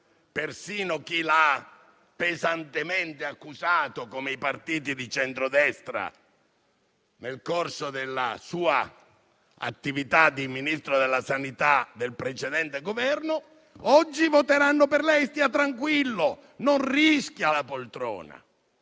Persino chi l'ha pesantemente accusato, come i partiti di centro-destra nel corso della sua attività di Ministro della sanità del precedente Governo, oggi voteranno per lei. Stia tranquillo: non rischia la poltrona.